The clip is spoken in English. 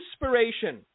inspiration